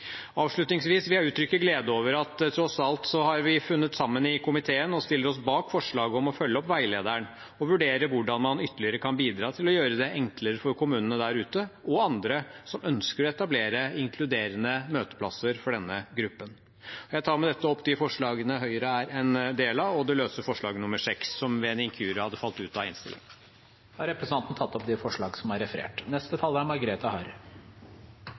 Avslutningsvis vil jeg uttrykke glede over at vi tross alt har funnet sammen i komiteen og stiller oss bak forslaget om å følge opp veilederen og vurdere hvordan man ytterligere kan bidra til å gjøre det enklere for kommunene og andre der ute som ønsker å etablere inkluderende møteplasser for denne gruppen. Jeg tar med dette opp de forslagene Høyre er en del av, inkludert forslag nr. 6, som ved en inkurie hadde falt ut av innstillingen. Representanten Tage Pettersen har tatt opp de forslagene han refererte til. Som